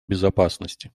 безопасности